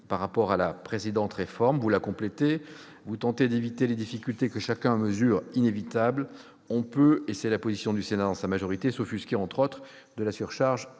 de l'approche précédente. Vous la complétez et tentez d'éviter des difficultés que chacun mesure inévitables. On peut, et c'est la position du Sénat dans sa majorité, s'offusquer, entre autres éléments, de la surcharge